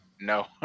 No